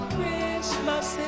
Christmas